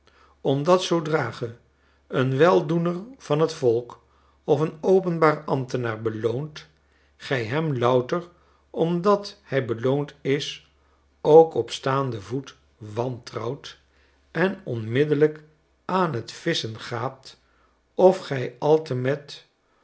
omdat zoodra ge een weldoener van j t volk of een openbaar ambtenaar beloont gij hem louter omdat hij beloond is ook op staanden voet wantrouwt en onmiddellijk aan t visschen gaat of gij altemet